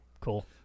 cool